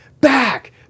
back